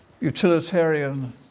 utilitarian